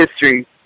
history